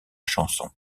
chanson